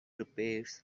repairs